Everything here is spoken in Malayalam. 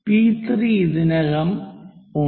പി 3 ഇതിനകം ഉണ്ട്